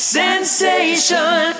sensation